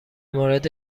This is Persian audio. مورد